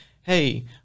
hey